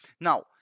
Now